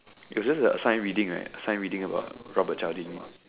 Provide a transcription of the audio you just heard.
it was just a sign reading right sign reading about Robert charging